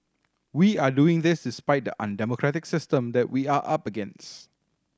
we are doing this despite the undemocratic system that we are up against